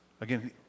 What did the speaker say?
Again